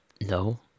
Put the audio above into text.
No